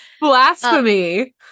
Blasphemy